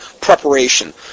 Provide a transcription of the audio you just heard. preparation